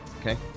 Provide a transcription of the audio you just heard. Okay